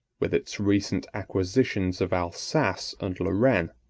with its recent acquisitions of alsace and lorraine,